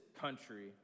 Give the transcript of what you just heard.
country